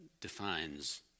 defines